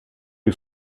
lui